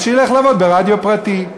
אז שילך לעבוד ברדיו פרטי,